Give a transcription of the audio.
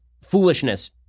foolishness